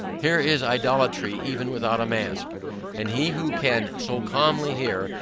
here is idolatry even without a mask and he who can so calmly hear,